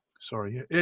sorry